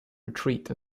retreat